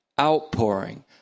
outpouring